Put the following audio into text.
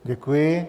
Děkuji.